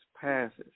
passes